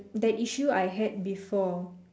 that issue I had before